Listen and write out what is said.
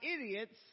idiots